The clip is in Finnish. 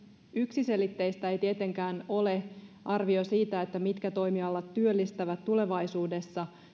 yksiselitteistä ei tietenkään ole arvio siitä mitkä toimialat työllistävät tulevaisuudessa